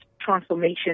transformation